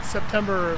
September